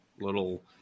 little